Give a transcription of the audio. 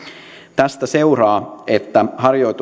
tästä seuraa että